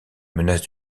menace